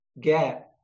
get